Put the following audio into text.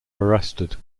arrested